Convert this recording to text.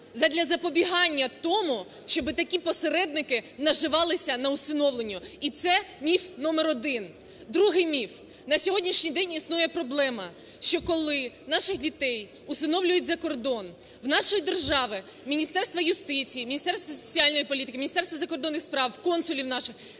задля запобігання тому, щоби такі посередники наживалися на усиновленні. І це міф номер один. Другий міф. На сьогоднішній день існує проблема, що коли наших дітей всиновлюють за кордон, в нашої держави (Міністерства юстиції, Міністерства соціальної політики, Міністерства закордонних справ, в консулів наших)